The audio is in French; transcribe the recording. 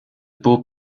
beau